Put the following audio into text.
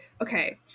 okay